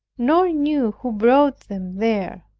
nor knew who brought them there.